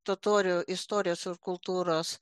totorių istorijos ir kultūros